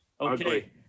okay